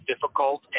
difficult